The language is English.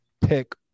pick